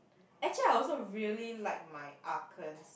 actually I also really like my argons